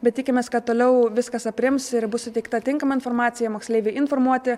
bet tikimės kad toliau viskas aprims ir bus suteikta tinkama informacija moksleiviai informuoti